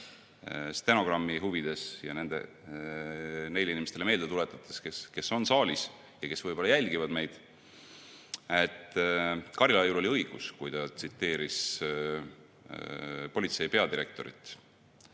stenogrammi huvides ja neile inimestele meelde tuletades, kes on saalis ja kes jälgivad meid: Karilaiul oli õigus, kui ta tsiteeris politsei peadirektorit.